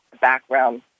background